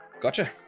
gotcha